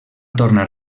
tornar